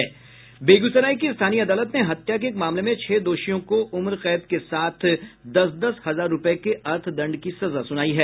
बेगूसराय की स्थानीय अदालत ने हत्या के एक मामले में छह दोषियों को उम्रकैद के साथ दस दस हजार रूपये के अर्थदंड की सजा सुनायी है